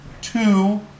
two